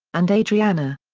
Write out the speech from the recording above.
and adrianna.